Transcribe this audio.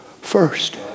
first